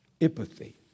Empathy